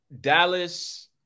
Dallas